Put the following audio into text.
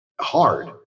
hard